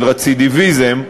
של רצידיביזם,